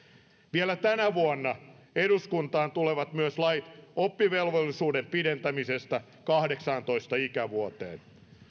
vielä tänä vuonna eduskuntaan tulevat myös lait oppivelvollisuuden pidentämisestä kahdeksaantoista ikävuoteen